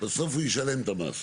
בסוף הוא ישלם את המס.